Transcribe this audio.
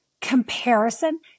comparison